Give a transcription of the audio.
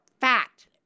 fact